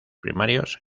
primarios